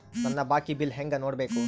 ನನ್ನ ಬಾಕಿ ಬಿಲ್ ಹೆಂಗ ನೋಡ್ಬೇಕು?